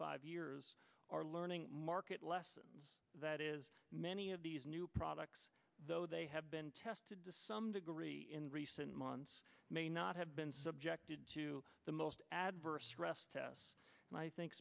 five years are learning market lesson that is many of these new products though they have been tested to some degree in recent months may not have been subjected to the most adverse stress tests and i think